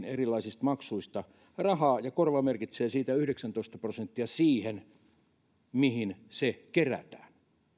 erilaisista maksuista rahaa ja korvamerkitsee siitä yhdeksäntoista prosenttia siihen mihin se kerätään